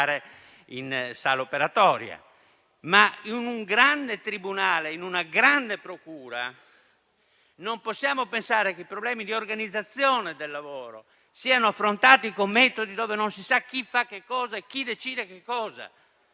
che in un grande tribunale e in una grande procura i problemi di organizzazione del lavoro siano affrontati con metodi per cui non si sa chi fa che cosa e chi decide che cosa